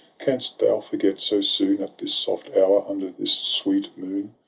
canst thou forget so soon. at this soft hour, under this sweet moon?